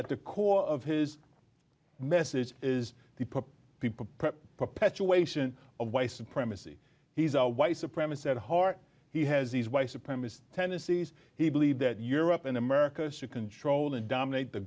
at the core of his message is the people perpetuation of white supremacy he's a white supremacy at heart he has these white supremacist tendencies he believes that europe and america should control and dominate the